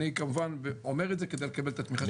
אני כמובן אומר את זה כדי לקבל את התמיכה של הוועדה.